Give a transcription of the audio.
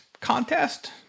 contest